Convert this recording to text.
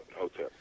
Okay